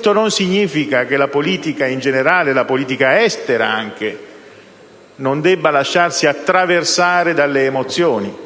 Ciò non significa che la politica in generale e anche quella estera non debba lasciarsi attraversare dalle emozioni.